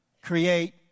Create